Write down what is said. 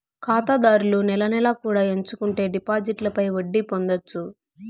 ఖాతాదారులు నెల నెలా కూడా ఎంచుకుంటే డిపాజిట్లపై వడ్డీ పొందొచ్చు